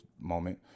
moment